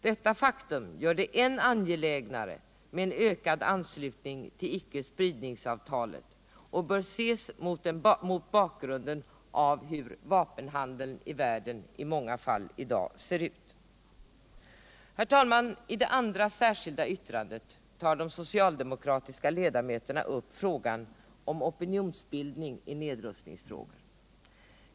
Detta faktum gör det än angelägnare med en ökad anslutning till icke-spridningsavtalet, och det bör ses mot bakgrunden av hur vapenhandeln i världen i många fall i dag ser ut. Herr talman! I det andra särskilda yttrandet tar de socialdemokratiska ledamöterna upp frågan om opinionsbildning i nedrustningsfrågor.